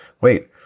wait